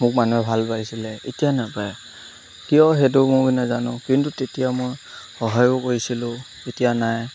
মোক মানুহে ভাল পাইছিলে এতিয়া নাপায় কিয় সেইটো ময়ো নাজানো কিন্তু তেতিয়া মই সহায়ো কৰিছিলোঁ এতিয়া নাই